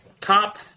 cop